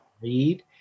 read